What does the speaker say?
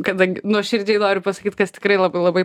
kadangi nuoširdžiai noriu pasakyt kad tikrai labai labai